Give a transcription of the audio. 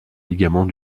ligaments